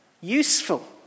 useful